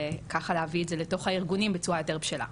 וככה להביא את זה לתוך הארגונים בצורה בשלה יותר.